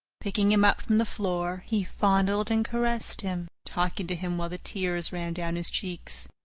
picking him up from the floor, he fondled and caressed him, talking to him while the tears ran down his cheeks